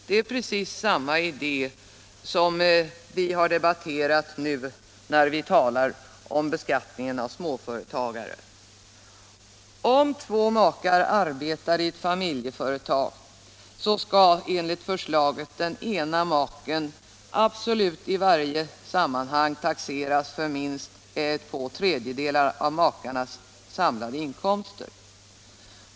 Det är precis samma idé som vi har debatterat nu när vi talar om beskattningen av småföretagare. Om två makar arbetar i ett familjeföretag, skall enligt förslaget den ena maken i absolut varje sammanhang taxeras för minst två tredjedelar av makarnas sammanlagda inkomster.